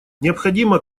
необходимо